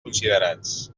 considerats